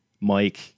mike